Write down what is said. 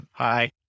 Hi